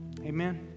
Amen